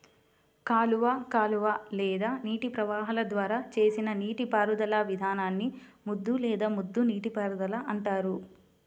కాలువ కాలువ లేదా నీటి ప్రవాహాల ద్వారా చేసిన నీటిపారుదల విధానాన్ని ముద్దు లేదా ముద్ద నీటిపారుదల అంటారు